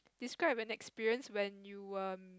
describe an experience when you were